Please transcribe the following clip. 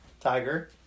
tiger